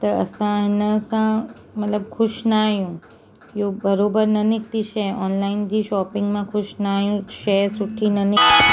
त असां हिन सां मतलब ख़ुशि न आहियूं इहो बराबर न निकिती शइ ऑनलाइन जी शॉपिंग मां ख़ुशि न आहियूं शइ सुठी न निकिती